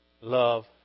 Love